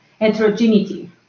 heterogeneity